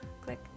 Click